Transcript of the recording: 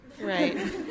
Right